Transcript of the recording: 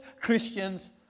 Christians